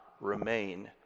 remain